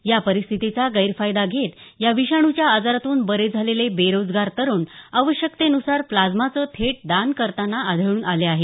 या परिस्थितीचा गैरफायदा घेत या विषाणूच्या आजारातून बरे झालेले बेरोजगार तरुण आवश्यकतेनुसार प्लाझ्माचं थेट दान करताना आढळून आले आहेत